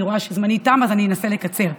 אני רואה שזמני תם אז אני אנסה לקצר.